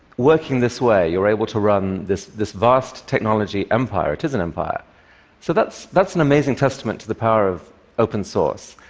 working this way, you're able to run this this vast technology empire it is an empire so that's that's an amazing testament to the power of open source.